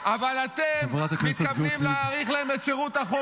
מתן, אתה היית איתנו.